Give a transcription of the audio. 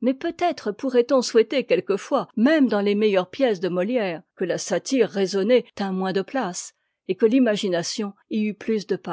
mais peut-être pourrait-on souhaiter quelquefois même dans les meilleures pièces de moiière que la satire raisonnée tînt moins de place et que l'imagination y eût plus de